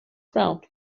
crowned